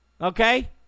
okay